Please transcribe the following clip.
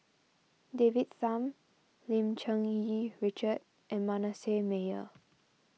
David's Tham Lim Cherng Yih Richard and Manasseh Meyer